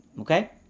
Okay